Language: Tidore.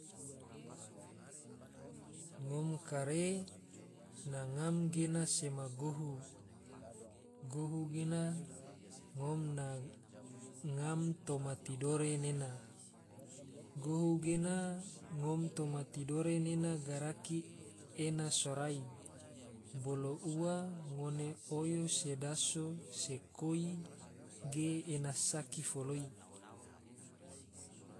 Ngom kare na ngam gena, sema gohu, gohu gena ngom na ngam toma tidore nena, gohu gena ngom toma tidore nena garaki ena sorai, bolo ua ngone oyo se daso, se koi, ge ena saki foloi